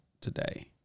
today